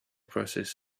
processes